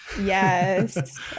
yes